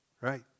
right